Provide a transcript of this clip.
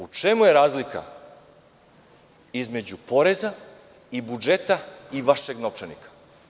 U čemu je razlika između poreza i budžeta i vašeg novčanika?